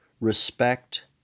respect